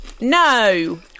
no